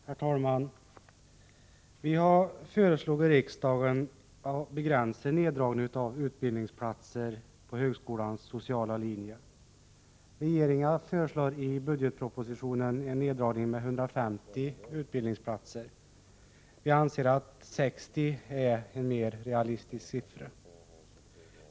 Herr talman! Vi har föreslagit riksdagen att man skall begränsa neddragningen av utbildningsplatser på högskolans sociala linje. Regeringens förslag i budgetpropositionen är en neddragning med 150 utbildningsplatser. Vi anser att 60 är en mer realistisk siffra.